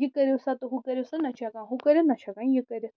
یہِ کٔرِو سا تہٕ ہُہ کٔرِو سا نہ چھُ ہٮ۪کان ہُہ کٔرِتھ نہ چھِ ہٮ۪کان یہِ کٔرِتھ